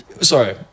Sorry